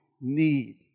need